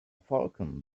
falcon